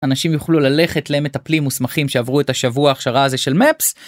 אנשים יוכלו ללכת למטפלים מוסמכים שעברו את השבוע הכשרה הזה של מפס.